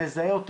שמזהה אותו,